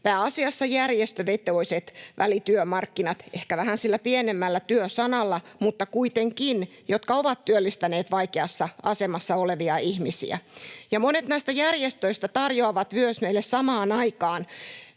pääasiassa järjestövetoiset välityömarkkinat —ehkä sillä vähän pienemmällä työ-sanalla mutta kuitenkin — jotka ovat työllistäneet vaikeassa asemassa olevia ihmisiä. Ja monet näistä järjestöistä tarjoavat meille samaan aikaan